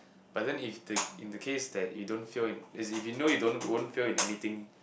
but then if they in the case that you don't fail in as if you know you don't won't fail in anything